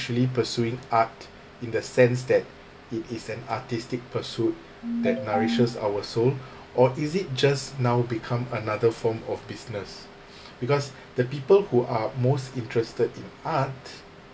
actually pursuing art in the sense that it is an artistic pursuit that nourishes our soul or is it just now become another form of business because the people who are most interested in art